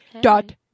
Dot